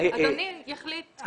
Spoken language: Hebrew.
אדוני יחליט.